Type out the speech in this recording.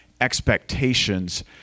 expectations